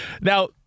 Now